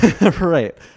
Right